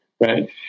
right